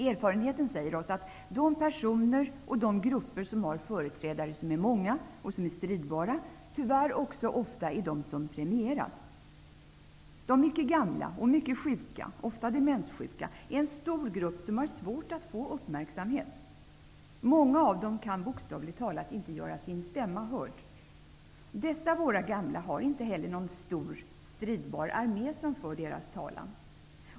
Erfarenheten säger oss att de personer och de grupper som har många och stridbara företrädare tyvärr också ofta är de som premieras. De mycket gamla och mycket sjuka -- ofta demenssjuka -- utgör en stor grupp som har svårt att få uppmärksamhet. Många av dem kan bokstavligt talat inte göra sin stämma hörd. Dessa våra gamla har inte heller någon stor stridbar armé som för deras talan.